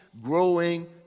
growing